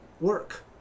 work